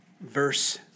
verse